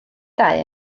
dau